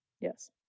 Yes